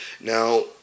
Now